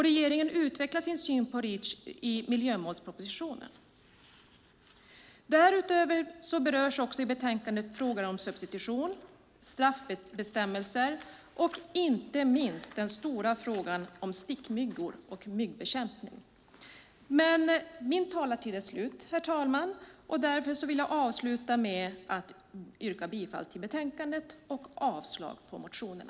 Regeringen utvecklar sin syn på Reach i miljömålspropositionen. Därutöver berörs i betänkandet frågor om substitution och straffbestämmelser och inte minst den stora frågan om stickmyggor och myggbekämpning. Herr talman! Min talartid är slut, och jag avslutar med att yrka bifall till utskottets förslag i betänkandet och avslag på motionerna.